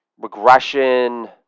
regression